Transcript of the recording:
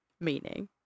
meaning